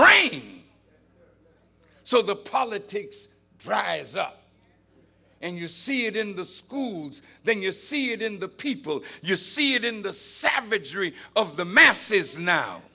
rain so the politics dries up and you see it in the schools then you see it in the people you see it in the savagery of the masses now